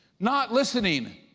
not listening